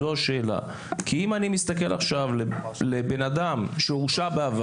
בן אדם שלא הורשע,